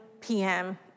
PM